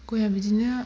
गया बिदिनो